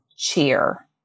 cheer